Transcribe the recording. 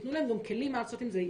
שיתנו גם כלים מה לעשות עם זה.